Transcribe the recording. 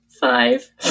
Five